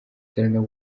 serena